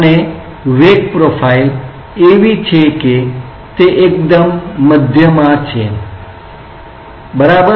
અને વેગ પ્રોફાઇલ એવી છે કે તે એકદમ મધ્યમાં છે બરાબર